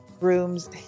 rooms